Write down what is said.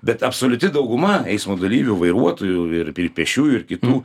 bet absoliuti dauguma eismo dalyvių vairuotojų ir pė pėsčiųjų ir kitų